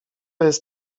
jest